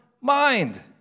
mind